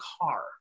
car